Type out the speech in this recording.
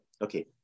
Okay